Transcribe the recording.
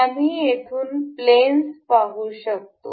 आम्ही येथून प्लेन्स पाहू शकतो